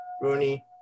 Rooney